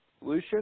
lucian